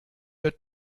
der